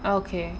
oh okay